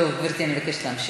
טוב, גברתי, אני מבקשת להמשיך.